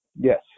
yes